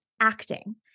acting